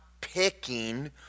picking